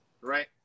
Right